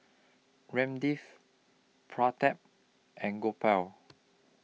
Ramdev Pratap and Gopal